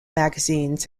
magazines